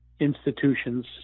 institutions